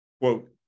quote